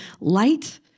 light